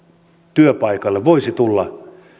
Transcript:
työpaikalle voisi tulla